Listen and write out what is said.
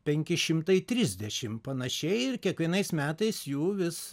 penki šimtai trisdešim panašiai ir kiekvienais metais jų vis